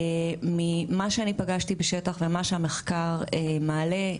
ממה שאני פגשתי בשטח ומה שהמחקר מעלה,